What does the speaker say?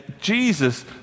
Jesus